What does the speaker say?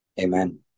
Amen